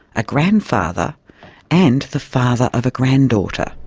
a grandfather and the father of a granddaughter.